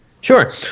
Sure